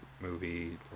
movie